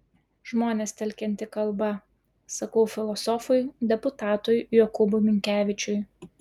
žmones telkianti kalba sakau filosofui deputatui jokūbui minkevičiui